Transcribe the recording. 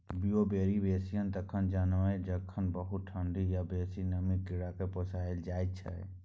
Beauveria bassiana तखन जनमय छै जखन बहुत ठंढी या बेसी नमीमे कीड़ाकेँ पोसल जाइ छै